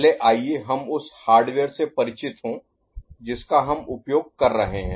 पहले आइए हम उस हार्डवेयर से परिचित हों जिसका हम उपयोग कर रहे हैं